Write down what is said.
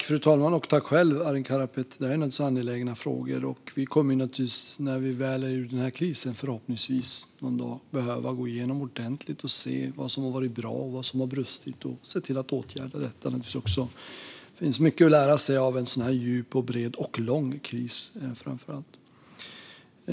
Fru talman! Det här är naturligtvis angelägna frågor. När vi någon dag förhoppningsvis kommer ur den här krisen kommer vi självklart att behöva gå igenom detta ordentligt för att se vad som har varit bra men också se vad som har brustit och se till att åtgärda detta. Det finns mycket att lära sig av en så här djup, bred och framför allt lång kris.